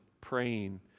praying